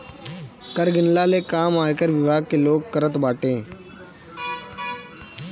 कर गिनला ले काम आयकर विभाग के लोग करत बाटे